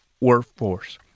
workforce